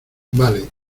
vale